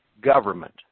government